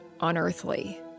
unearthly